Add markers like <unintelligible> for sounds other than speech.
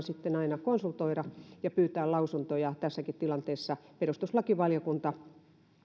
<unintelligible> sitten aina konsultoida ja pyytää lausuntoja tässäkin tilanteessa perustuslakivaliokunta